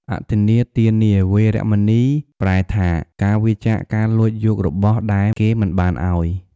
អទិន្នាទានា វេរមណី ប្រែថា ការវៀរចាកការលួចយករបស់ដែលគេមិនបានឲ្យ។